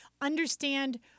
understand